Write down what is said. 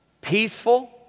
peaceful